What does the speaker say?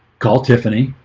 call tiffany